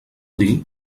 dir